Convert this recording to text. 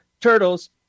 Turtles